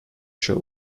show